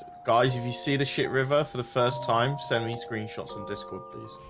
guys if you see the shit river for the first time send me screenshots and discord, please